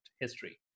history